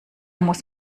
muss